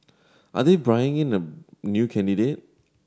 are they in a new candidate